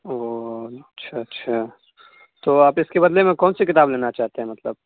اوہ اچھا اچھا تو آپ اس کے بدلے میں کون سی کتاب لینا چاہتے ہیں مطلب